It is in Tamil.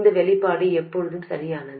இந்த வெளிப்பாடு எப்போதும் சரியானது